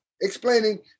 explaining